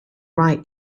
right